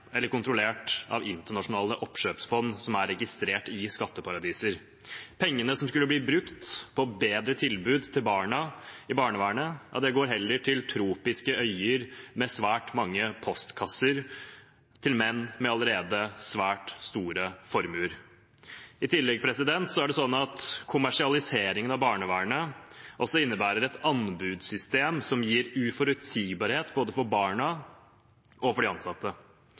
registrert i skatteparadiser. Pengene som skulle bli brukt på bedre tilbud til barna i barnevernet, går heller til tropiske øyer med svært mange postkasser, til menn med allerede svært store formuer. I tillegg er det slik at kommersialiseringen av barnevernet også innebærer et anbudssystem som gir uforutsigbarhet både for barna og for de ansatte.